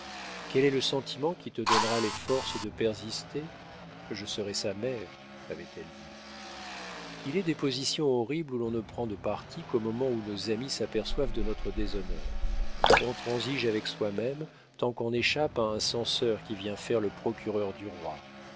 quel est le sentiment qui te donnera les forces de persister je serai sa mère avait-elle dit il est des positions horribles où l'on ne prend de parti qu'au moment où nos amis s'aperçoivent de notre déshonneur on transige avec soi-même tant qu'on échappe à un censeur qui vient faire le procureur du roi